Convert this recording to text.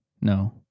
no